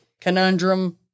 conundrum